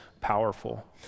powerful